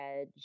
edge